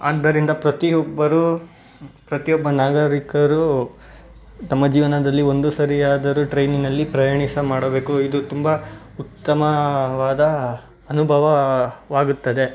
ಆದ್ದರಿಂದ ಪ್ರತಿಯೊಬ್ಬರೂ ಪ್ರತಿಯೊಬ್ಬ ನಾಗರಿಕರು ತಮ್ಮ ಜೀವನದಲ್ಲಿ ಒಂದು ಸಾರಿಯಾದರೂ ಟ್ರೈನಿನಲ್ಲಿ ಪ್ರಯಾಣಿಸ ಮಾಡಬೇಕು ಇದು ತುಂಬ ಉತ್ತಮವಾದ ಅನುಭವವಾಗುತ್ತದೆ